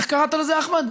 איך קראת לזה, אחמד?